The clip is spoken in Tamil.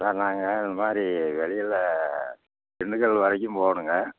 சார் நாங்கள் இது மாதிரி வெளியில் திண்டுக்கல் வரைக்கும் போகணுங்க